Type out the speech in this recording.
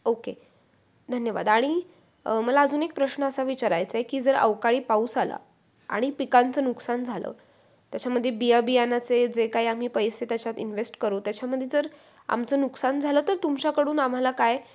okay धन्यवाद आणि मला अजून एक प्रश्न असा विचारायचा आहे की जर अवकाळी पाऊस आला आणि पिकांचं नुकसान झालं त्याच्यामध्ये बिया बियाणाचे जे काही आम्ही पैसे त्याच्यात इन्व्हेस्ट करू त्याच्यामध्ये जर आमचं नुकसान झालं तर तुमच्याकडून आम्हाला काय